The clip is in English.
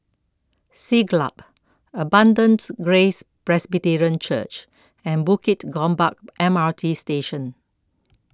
Siglap Abundant Grace Presbyterian Church and Bukit Gombak M R T Station